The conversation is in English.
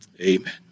Amen